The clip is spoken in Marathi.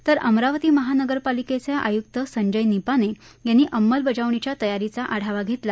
तर अमरावती महानगरपालिकेचे आयुक्त संजय निपाने यांनी अंमलबजावणीच्या तयारीचा आढावा घेतला